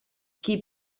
qui